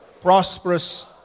prosperous